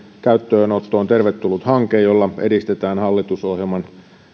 käyttöönotto on tervetullut hanke jolla edistetään hallitusohjelman